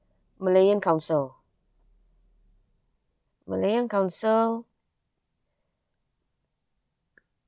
malayan council malayan council